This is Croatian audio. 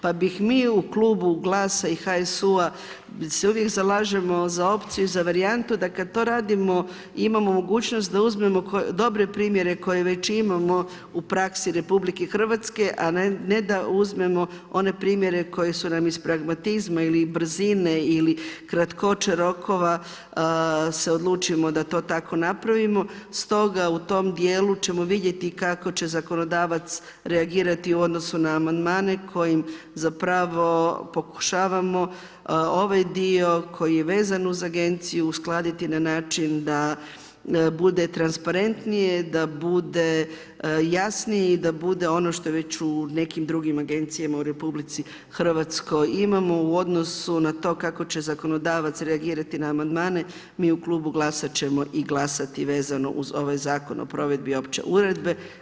Pa bi mi u klubu GLAS-a i HSU-a se uvijek zalažemo za opciju, za varijantu da kad to radimo i imamo mogućnost da uzmemo dobre primjere koje već imamo u praksi RH, a ne da uzmemo one primjere koji su nam iz pragmatizma ili brzine ili kratkoće rokova se odlučimo da to tako napravimo, stoga u tom djelu ćemo vidjeti kako će zakonodavac reagirati u odnosu na amandmane kojim zapravo pokušavamo ovaj dio koji je vezan uz agenciju uskladiti na način da bude transparentnije, da bude jasniji i da bude ono što je već u nekim drugim agencijama u RH imamo u odnosu na to kako će zakonodavac reagirati na amandmane, mi u klubu GLAS-a ćemo i glasati vezano uz ovaj Zakon o provedbi opće uredbe.